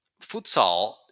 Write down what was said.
futsal